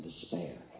despair